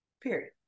period